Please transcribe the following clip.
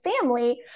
family